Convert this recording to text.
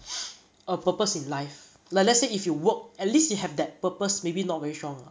a purpose in life like let's say if you work at least you have that purpose maybe not very strong lah